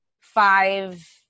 five